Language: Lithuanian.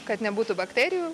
kad nebūtų bakterijų